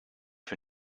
für